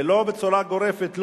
ולא בצורה גורפת,